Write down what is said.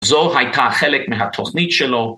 ‫זו הייתה חלק מהתוכנית שלו.